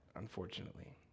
unfortunately